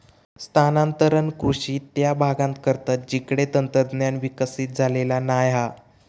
स्थानांतरण कृषि त्या भागांत करतत जिकडे तंत्रज्ञान विकसित झालेला नाय हा